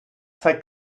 zeigt